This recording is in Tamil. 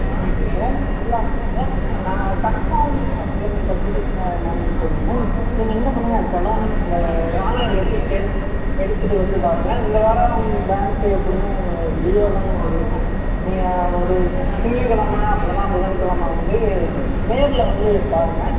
இல்லை நீங்கள் லோன் இல்லை மேம் அதுதான் மேம் நான் கன்ஃபார்ம் பண்ணல நீங்கள் கட்டிட்டிங்களா என்னென்னு தெரியல நீங்கள் என்ன பண்ணுங்கள் செலான் இந்த ஆன்லைன் ரெஸிப்ட்டு எடுத்துகிட்டு வந்து பாருங்கள் இந்த வாரம் பேங்க்கு எப்படியும் லீவாக தாங்க இருக்கும் நீங்கள் ஒரு திங்கக்கெழமை அப்போ இல்லைனா புதன்கெழமை வந்து நேரில் வந்து பாருங்கள்